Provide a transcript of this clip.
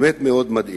באמת מאוד מדאיג.